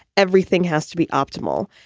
everything has to be optimal,